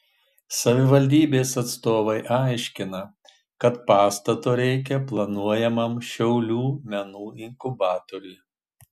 savivaldybės atstovai aiškina kad pastato reikia planuojamam šiaulių menų inkubatoriui